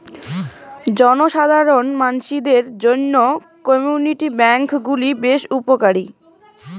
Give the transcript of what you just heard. জনসাধারণ মানসিদের জইন্যে কমিউনিটি ব্যাঙ্ক গুলি বেশ উপকারী